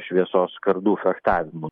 šviesos kardų fechtavimu